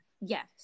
Yes